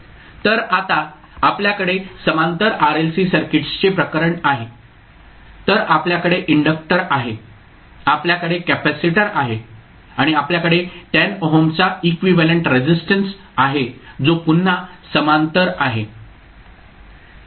तर आता आपल्याकडे समांतर RLC सर्किट्सचे प्रकरण आहे तर आपल्याकडे इंडक्टर आहे आपल्याकडे कॅपेसिटर आहे आणि आपल्याकडे 10 ओहमचा इक्विव्हॅलेंट रेसिस्टन्स आहे जो पुन्हा समांतर आहे